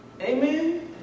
Amen